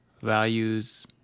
values